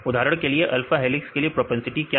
उदाहरण के लिए अल्फा हेलिक्स के लिए प्रोपेंसिटी क्या है